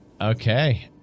Okay